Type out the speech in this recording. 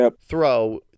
throw